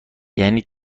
یعنی